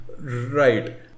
Right